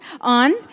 on